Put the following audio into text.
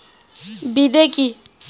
বিদে কি?